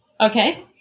Okay